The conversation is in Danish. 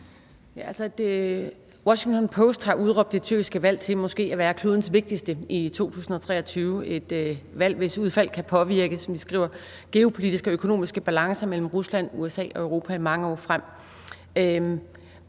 Washington Post har udråbt det tyrkiske valg til at være klodens måske vigtigste i 2023 – et valg, hvis udfald kan påvirke, som de skriver, geopolitiske og økonomiske balancer mellem Rusland, USA og Europa i mange år frem.